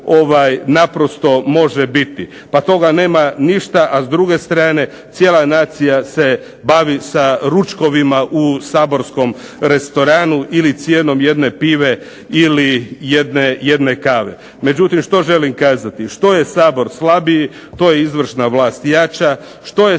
naprosto može biti. Pa toga nema ništa, a s druge strane cijela nacija se bavi sa ručkovima u saborskom restoranu ili cijenom jedne pive ili jedne kave. Međutim što želim kazati? Što je Sabor slabiji, to je izvršna vlast jača. Što je